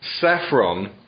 Saffron